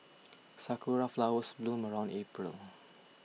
sakura flowers bloom around April